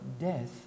death